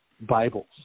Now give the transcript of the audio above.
Bibles